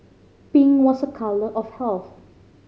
pink was a colour of health